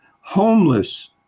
homeless